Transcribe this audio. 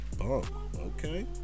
okay